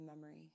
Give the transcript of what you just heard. memory